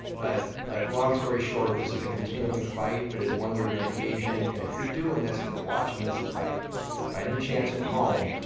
but but long story short, this is a continuing fight but it is one we're going to engage in and if you're doing this and you're watching this by by any chance at home,